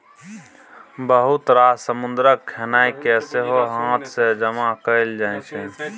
बहुत रास समुद्रक खेनाइ केँ सेहो हाथ सँ जमा कएल जाइ छै